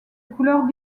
couleurs